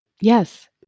Yes